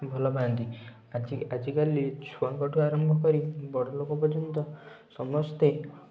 ଭଲ ପାଆନ୍ତି ଆଜି ଆଜିକାଲି ଛୁଆଙ୍କଠୁ ଆରମ୍ଭ କରି ବଡ଼ଲୋକ ପର୍ଯ୍ୟନ୍ତ ସମସ୍ତେ